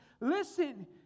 Listen